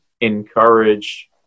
encourage